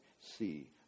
See